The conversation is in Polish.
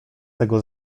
tego